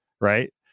right